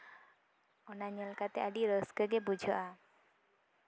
ᱚᱱᱟ ᱧᱮᱞ ᱠᱟᱛᱮᱜ ᱟᱹᱰᱤ ᱨᱟᱹᱥᱠᱟᱹ ᱜᱮ ᱵᱩᱡᱷᱟᱹᱜᱼᱟ